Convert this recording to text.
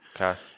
Okay